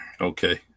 Okay